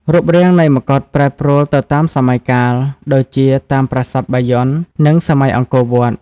រូបរាងនៃមកុដប្រែប្រួលទៅតាមសម័យកាល ដូចជាតាមប្រាសាទបាយ័ន និងសម័យអង្គរវត្ត។